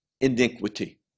iniquity